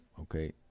okay